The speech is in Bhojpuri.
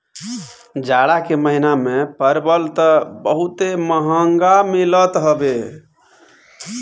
जाड़ा के महिना में परवल तअ बहुते महंग मिलत हवे